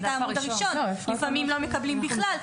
את העמוד הראשון ולפעמים לא מקבלים בכלל.